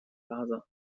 plaza